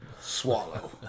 swallow